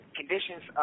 conditions